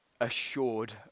assured